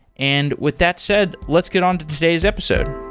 and with that said, let's get on to today's episode.